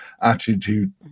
attitude